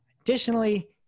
Additionally